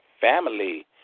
family